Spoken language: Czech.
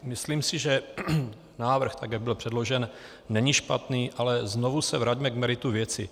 Myslím si, že návrh, tak jak byl předložen, není špatný, ale znovu se vraťme k meritu věci.